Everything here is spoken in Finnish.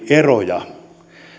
eroja